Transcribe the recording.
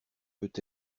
peut